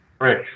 Right